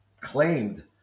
claimed